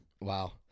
Wow